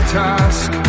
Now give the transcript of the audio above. task